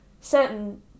certain